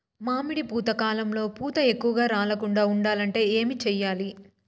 మామిడి పూత కాలంలో పూత ఎక్కువగా రాలకుండా ఉండాలంటే ఏమి చెయ్యాలి?